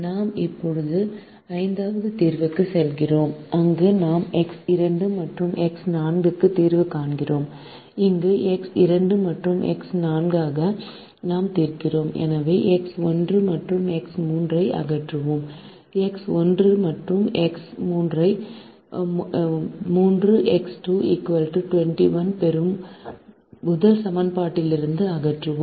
நாம் இப்போது ஐந்தாவது தீர்வுக்குச் செல்கிறோம் அங்கு நாம் எக்ஸ் 2 மற்றும் எக்ஸ் 4 க்குத் தீர்வு காண்கிறோம் அங்கு எக்ஸ் 2 மற்றும் எக்ஸ் 4 க்காக நாம் தீர்க்கிறோம் எனவே எக்ஸ் 1 மற்றும் எக்ஸ் 3 ஐ அகற்றுவோம் எக்ஸ் 1 மற்றும் எக்ஸ் 3 ஐ 3X2 21 பெறும் முதல் சமன்பாட்டிலிருந்து அகற்றுவோம்